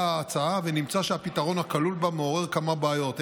ההצעה ונמצא שהפתרון הכלול בה מעורר כמה בעיות,